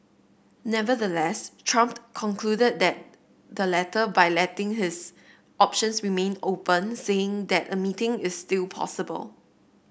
nevertheless Trump concluded that the letter by letting his options remain open saying that a meeting is still possible